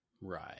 right